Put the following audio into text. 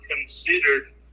considered